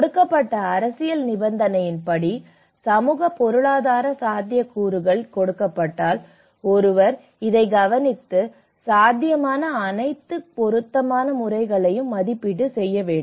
கொடுக்கப்பட்ட அரசியல் நிபந்தனையின்படி சமூக பொருளாதார சாத்தியக்கூறுகள் கொடுக்கப்பட்டால் ஒருவர் இதைக் கவனித்து சாத்தியமான அனைத்து பொருத்தமான முறைகளையும் மதிப்பீடு செய்ய வேண்டும்